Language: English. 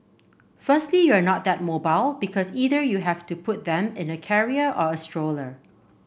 firstly you're not that mobile because either you have to put them in a carrier or a stroller